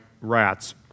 rats